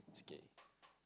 it's okay